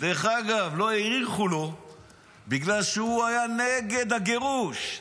דרך אגב, לא האריכו לו בגלל שהוא היה נגד הגירוש.